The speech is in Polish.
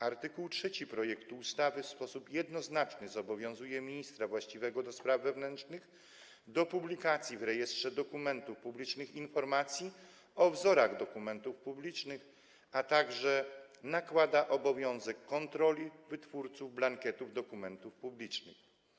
Art. 3 projektu ustawy w sposób jednoznaczny zobowiązuje ministra właściwego do spraw wewnętrznych do publikacji w Rejestrze Dokumentów Publicznych informacji o wzorach dokumentów publicznych, a także nakłada na niego obowiązek kontroli wytwórców blankietów dokumentów publicznych.